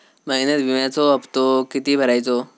महिन्यात विम्याचो हप्तो किती भरायचो?